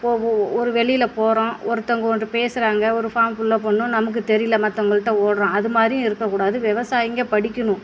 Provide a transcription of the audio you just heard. ஓ ஓ ஒரு வெளியில் போகிறோம் ஒருத்தொங்க ஒன்று பேசுகிறாங்க ஒரு ஃபார்ம் ஃபுல்அப் பண்ணணும் நமக்கு தெரியல மற்றவங்கள்ட்ட ஓடுறோம் அது மாதிரியும் இருக்கக்கூடாது விவசாயிங்க படிக்கணும்